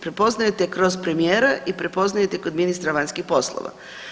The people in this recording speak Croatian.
Prepoznajete kroz premijera i prepoznajete kod ministra vanjskih poslova.